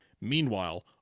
meanwhile